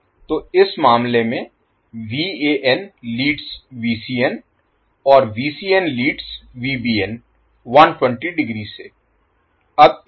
तो इस मामले में लीडस् और लीडस् 120 डिग्री से